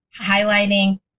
highlighting